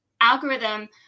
algorithm